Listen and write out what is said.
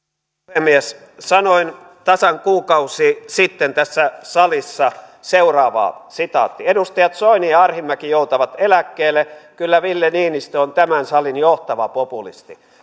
puhemies sanoin tasan vuosi sitten tässä salissa seuraavaa edustajat soini ja arhinmäki joutavat eläkkeelle kyllä ville niinistö on tämän salin johtava populisti